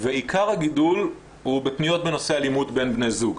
ועיקר הגידול הוא בפניות בנושא אלימות בין בני זוג,